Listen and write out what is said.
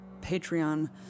Patreon